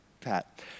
Pat